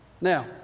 Now